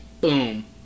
boom